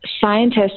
scientists